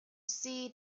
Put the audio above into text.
see